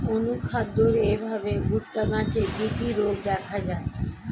অনুখাদ্যের অভাবে ভুট্টা গাছে কি কি রোগ দেখা যায়?